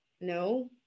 no